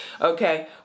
okay